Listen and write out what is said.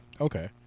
Okay